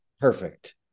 Perfect